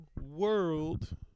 world